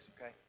okay